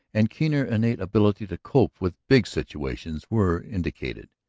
and keener innate ability to cope with big situations were indicated.